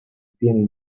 pieni